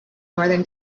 northern